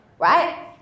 right